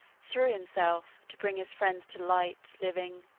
threw himself, to bring his friend to light, living,